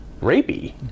rapey